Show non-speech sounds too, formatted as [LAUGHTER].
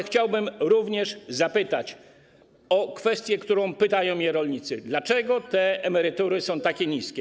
Chciałbym również zapytać o kwestię, o którą pytają mnie rolnicy: Dlaczego [NOISE] te emerytury są tak niskie?